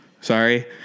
Sorry